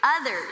others